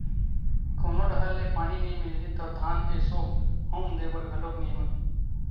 कोनो डहर ले पानी नइ मिलही त धान एसो हुम दे बर घलोक नइ होही